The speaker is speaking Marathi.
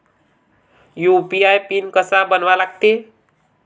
यू.पी.आय पिन कसा बनवा लागते?